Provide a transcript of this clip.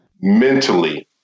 mentally